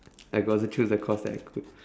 I got to choose the course that I could